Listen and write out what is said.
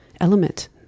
element